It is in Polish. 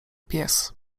pies